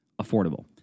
affordable